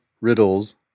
riddles